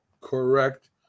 Correct